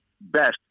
best